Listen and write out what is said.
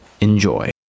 Enjoy